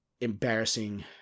embarrassing